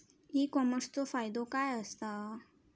E कॉमर्सचो फायदो काय असा?